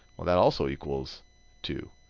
well that also equals two.